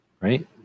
right